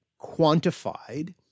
quantified